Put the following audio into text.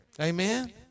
amen